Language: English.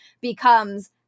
becomes